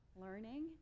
learning